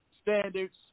standards